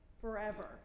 forever